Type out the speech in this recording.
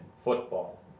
football